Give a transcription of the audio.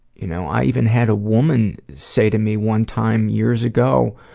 you know i even had a woman say to me one time years ago